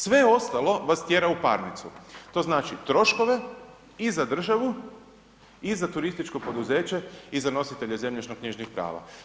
Sve ostalo vas tjera u parnicu, to znači troškove i za državu i za turističko poduzeće i za nositelje zemljišnoknjižnih prava.